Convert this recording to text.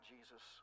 Jesus